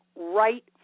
right